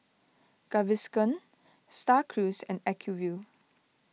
Gaviscon Star Cruise and Acuvue